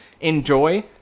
enjoy